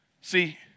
See